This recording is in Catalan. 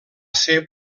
ser